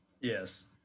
Yes